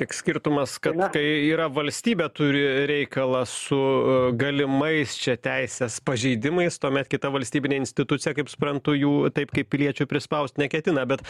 tik skirtumas kad kai yra valstybė turi reikalą su galimais čia teisės pažeidimais tuomet kita valstybinė institucija kaip suprantu jų taip kaip piliečių prispaust neketina bet